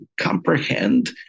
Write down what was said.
comprehend